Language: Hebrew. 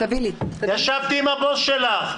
ישבתי עם הבוס שלך.